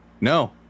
no